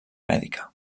mèdica